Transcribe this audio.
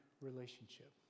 relationship